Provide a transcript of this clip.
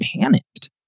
panicked